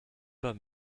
pas